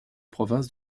province